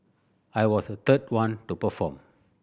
I was the third one to perform